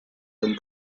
comme